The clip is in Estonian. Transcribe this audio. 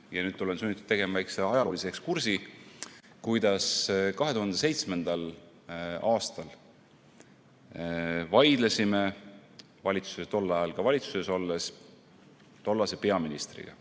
– nüüd olen sunnitud tegema väikese ekstra ajaloolise ekskursi –, kuidas 2007. aastal me vaidlesime tol ajal ka valitsuses olles tollase peaministriga,